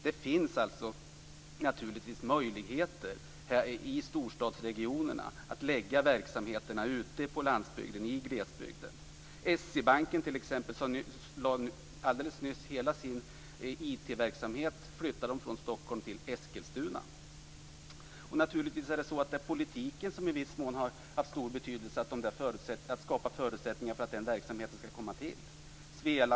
Det finns alltså möjligheter i storstadsregionerna att förlägga verksamheter ute på landsbygden och i glesbygden. Skandinaviska Enskilda Banken flyttade nyligen hela sin IT-verksamhet från Stockholm till Eskilstuna. Och naturligtvis är det politiken som i viss mån har haft betydelse för att skapa förutsättningar för att den verksamheten skall komma till.